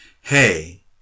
Hey